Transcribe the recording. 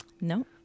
No